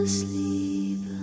Asleep